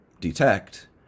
detect